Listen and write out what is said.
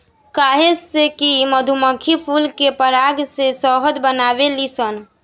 काहे से कि मधुमक्खी फूल के पराग से शहद बनावेली सन